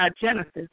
Genesis